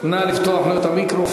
נא לפתוח לו את המיקרופון.